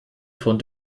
von